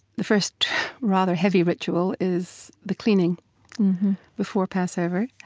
the first rather heavy ritual is the cleaning before passover,